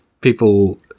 People